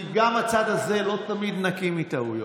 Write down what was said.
כי גם הצד הזה לא תמיד נקי מטעויות,